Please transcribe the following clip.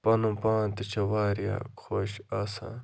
پَنُن پان تہِ چھُ واریاہ خۄش آسان